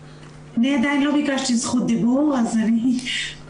אני עדיין לא ביקשתי זכות דיבור אז אני מוותרת,